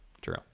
True